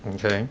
okay